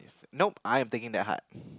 nope I am taking that heart